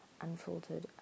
unfiltered